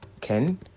Ken